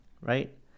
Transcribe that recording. right